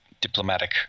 diplomatic